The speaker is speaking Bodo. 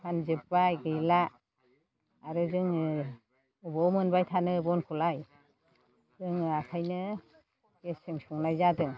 फानजोब्बाय गैला आरो जोङो अबाव मोनबाय थानो बनखौलाय जोङो ओंखायनो गेसजों संनाय जादों